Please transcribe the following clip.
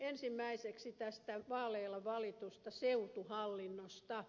ensimmäiseksi tästä vaaleilla valitusta seutuhallinnosta